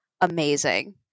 amazing